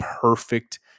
perfect